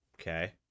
Okay